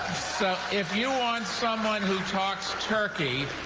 so if you want someone who talks turkey.